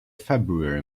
february